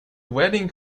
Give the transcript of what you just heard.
wedding